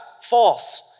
false